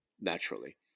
naturally